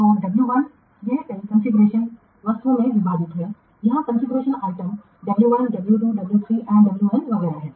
तो W1 यह कई कॉन्फ़िगरेशन वस्तुओं में विभाजित है यहाँ configuration item W 1 W 2 W 3 तक W n वगैरह हैं